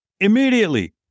Immediately